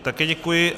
Také děkuji.